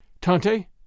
Tante